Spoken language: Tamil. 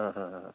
ஆ ஆ ஆ